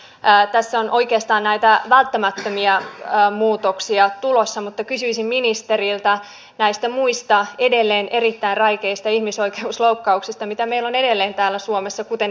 tässä on oikeastaan näitä välttämättömiä muutoksia tulossa mutta kysyisin ministeriltä näistä muista edelleen erittäin räikeistä ihmisoikeusloukkauksista mitä meillä on edelleen täällä suomessa esimerkiksi translaki